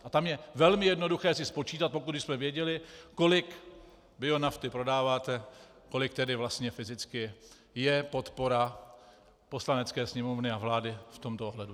A tam je velmi jednoduché si spočítat, pokud bychom věděli, kolik bionafty prodáváte, kolik tedy vlastně fyzicky je podpora Poslanecké sněmovny a vlády v tomto ohledu.